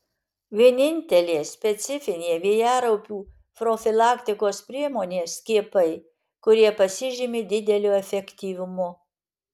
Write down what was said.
vienintelė specifinė vėjaraupių profilaktikos priemonė skiepai kurie pasižymi dideliu efektyvumu